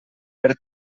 per